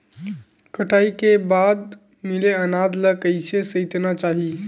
कटाई के बाद मिले अनाज ला कइसे संइतना चाही?